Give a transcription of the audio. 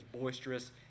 boisterous